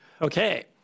Okay